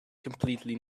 completely